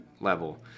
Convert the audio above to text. level